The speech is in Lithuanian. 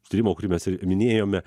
tyrimo kurį mes ir minėjome